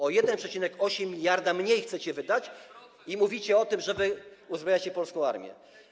O 1,8 mld mniej chcecie wydać... [[10%.]] ...i mówicie o tym, że wy uzbrajacie polską armię.